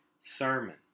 sermon